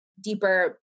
deeper